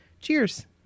Cheers